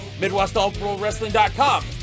MidwestAllProWrestling.com